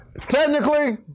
Technically